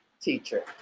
teacher